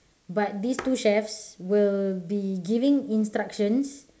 but these two chefs will be giving instructions